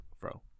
bro